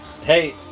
hey